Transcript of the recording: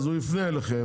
הוא יפנה אליכם,